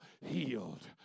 healed